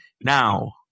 now